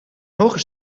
hoge